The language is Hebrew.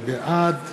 בעד